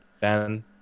Ben